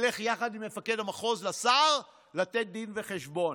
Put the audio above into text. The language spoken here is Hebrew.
ילך יחד עם מפקד המחוז לשר לתת דין וחשבון.